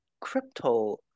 crypto